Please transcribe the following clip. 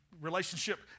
relationship